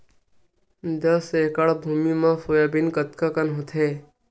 दस एकड़ भुमि म सोयाबीन कतका कन होथे?